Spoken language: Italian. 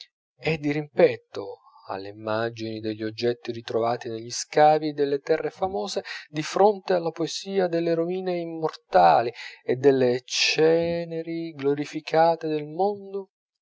melanconiche e dirimpetto alle immagini degli oggetti ritrovati negli scavi delle terre famose di fronte alla poesia delle rovine immortali e delle ceneri glorificate dal mondo